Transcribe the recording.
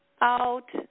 out